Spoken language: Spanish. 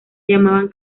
llamaban